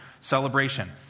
celebration